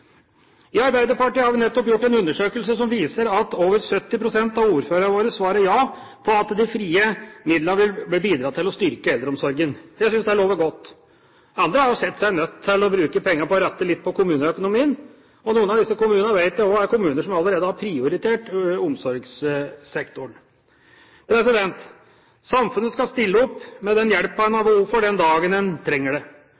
I Arbeiderpartiet har vi nettopp gjort en undersøkelse som viser at over 70 pst. av ordførerne våre svarer ja til at de frie midlene vil bidra til å styrke eldeomsorgen. Jeg synes det lover godt. Andre har sett seg nødt til å bruke pengene til å rette litt på kommuneøkonomien. Noen av disse kommunene vet jeg også er kommuner som allerede har prioritert omsorgssektoren. Samfunnet skal stille opp med den hjelpen en har behov for den dagen en trenger det.